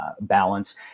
balance